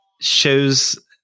shows